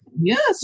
Yes